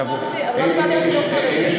לא דיברתי על חינוך חרדי.